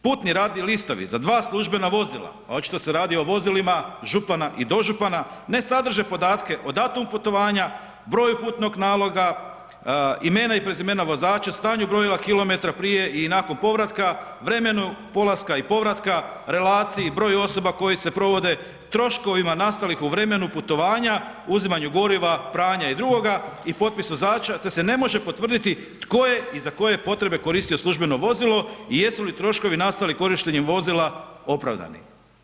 Putni radni listovi za dva službena vozila, a očito se radi o vozilima župana i dožupana ne sadrže podatke o datumu putovanja, broju putnog naloga, imena i prezimena vozača, stanju brojila kilometra prije i nakon povratka, vremenu polaska i povratka, relaciji, broju osoba koje se provode, troškovima nastalih u vremenu putovanja, uzimanju goriva, pranja i drugoga i potpis vozača, te se ne može potvrditi tko je i za koje potrebe koristio službeno vozilo i jesu li troškovi nastali korištenjem vozila opravdani.